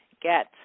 get